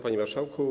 Panie Marszałku!